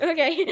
Okay